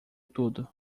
tudo